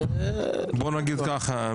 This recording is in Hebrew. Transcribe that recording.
בוא נגיד ככה,